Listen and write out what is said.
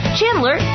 Chandler